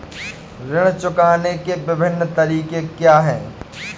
ऋण चुकाने के विभिन्न तरीके क्या हैं?